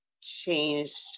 changed